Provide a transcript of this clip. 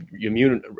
immune